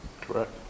Correct